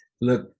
look